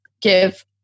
give